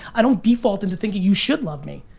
i don't default into thinking you should love me.